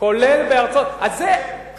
כולל בארצות, אתם עוררתם את הוויכוח, תודה בזה.